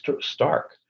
stark